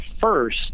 first